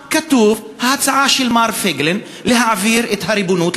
כתובה שם ההצעה של מר פייגלין להעביר את הריבונות,